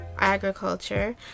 agriculture